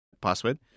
password